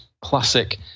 classic